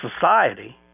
society